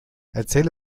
erzähl